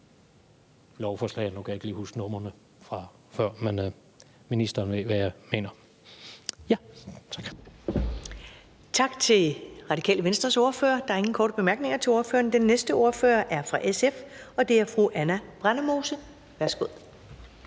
lovforslaget. Nu kan jeg ikke lige huske numrene fra før, men ministeren ved det. Kl. 17:46 Første næstformand (Karen Ellemann): Tak til Radikale Venstres ordfører. Der er ikke nogen korte bemærkninger til ordføreren. Den næste ordfører er fra SF, og det er fru Anna Brændemose. Værsgo.